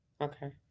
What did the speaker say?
Okay